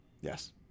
Yes